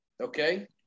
okay